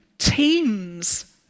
Teams